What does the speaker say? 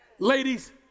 Ladies